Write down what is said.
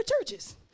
churches